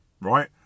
right